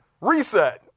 Reset